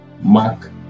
Mark